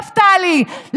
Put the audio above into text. נפתלי,